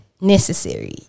necessary